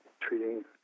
treating